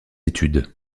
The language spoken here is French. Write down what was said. études